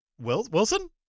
Wilson